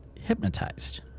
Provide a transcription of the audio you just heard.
hypnotized